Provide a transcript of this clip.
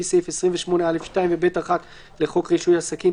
סעיף 28(א)(2) ו-(ב)(1) לחוק רישוי עסקים,